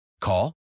Call